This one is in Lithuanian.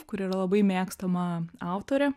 kuri yra labai mėgstama autorė